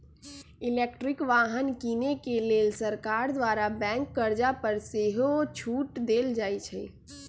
electric वाहन किने के लेल सरकार द्वारा बैंक कर्जा पर सेहो छूट देल जाइ छइ